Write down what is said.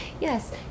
Yes